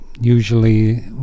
usually